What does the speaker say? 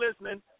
listening